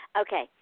Okay